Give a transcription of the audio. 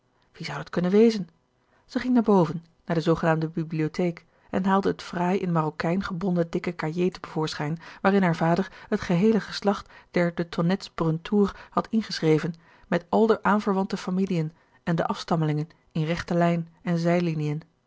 wie zou dat kunnen wezen zij ging naar boven naar de zoogenaamde bibliotheek en haalde het fraai in marokijn gebonden dikke cahier te voorschijn waarin haar vader het geheele geslacht der de tonnettes bruntour had ingeschreven met al de aanverwante familien en de afstammelingen in rechte lijn en zijlinien